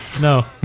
No